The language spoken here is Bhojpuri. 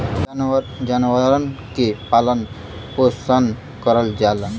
जानवरन के पालन पोसन करल जाला